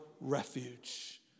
refuge